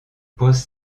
pose